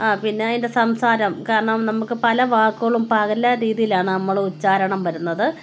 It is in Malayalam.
ആ പിന്നെ അതിൻ്റെ സംസാരം കാരണം നമുക്ക് പല വാക്കുളും പല രീതിയിലാണ് നമ്മൾ ഉച്ചാരണം വരുന്നത്